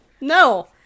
no